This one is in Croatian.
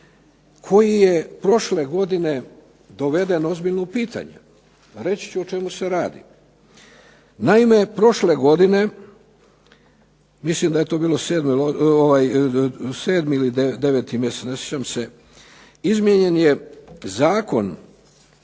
koji je prošle godine doveden ozbiljno u pitanje. Pa reći ću o čemu se radi. Naime, prošle godine, mislim da je to bio 7. ili 9. mjesec, ne sjećam se, izmijenjen je Zakon